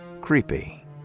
Creepy